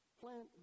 Plant